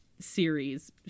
series